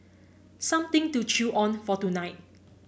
something to chew on for tonight